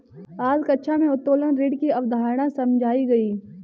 आज कक्षा में उत्तोलन ऋण की अवधारणा समझाई गई